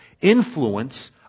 influence